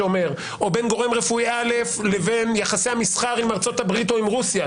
או בין גורם רפואי א' לבין יחסי המסחר עם ארצות-הברית או עם רוסיה,